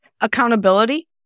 Accountability